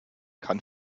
kann